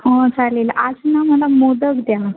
हो चालेल आज ना मला मोदक द्या